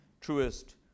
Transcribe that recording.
truest